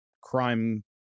crime